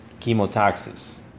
Chemotaxis